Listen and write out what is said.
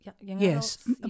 yes